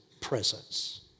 presence